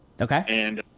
Okay